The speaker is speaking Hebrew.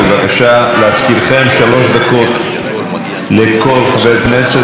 להזכירכם, שלוש דקות לכל חבר כנסת וחברת כנסת.